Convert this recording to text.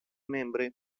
membre